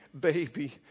baby